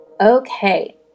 Okay